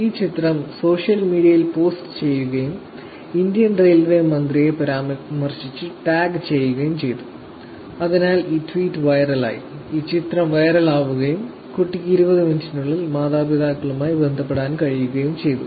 ഈ ചിത്രം സോഷ്യൽ മീഡിയയിൽ പോസ്റ്റ് ചെയ്യുകയും ഇന്ത്യൻ റെയിൽവേ മന്ത്രിയെ പരാമർശിച്ചു ടാഗ് ചെയ്യുകയും ചെയ്തു അതിനാൽ ഈ ട്വീറ്റ് വൈറലായി ഈ ചിത്രം വൈറലാവുകയും കുട്ടിക്ക് 20 മിനിറ്റിനുള്ളിൽ മാതാപിതാക്കളുമായി ബന്ധപ്പെടാൻ കഴിയുകയും ചെയ്തു